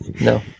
No